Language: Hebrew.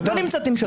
לא נמצאת עם שקרנים.